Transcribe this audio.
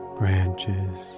branches